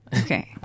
Okay